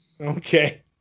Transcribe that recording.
okay